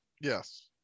Yes